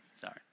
Sorry